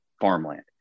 farmland